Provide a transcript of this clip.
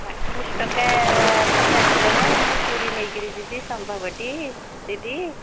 ଆଠଶହ ଟଙ୍କାକୁ ଚାରି ଜଣ ମୁଁ ପୁରୀ ନେଇକରି ଯିବି ସମ୍ଭବ ଟି ଦିଦି